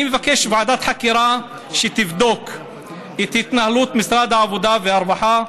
אני מבקש ועדת חקירה שתבדוק את התנהלות משרד העבודה והרווחה,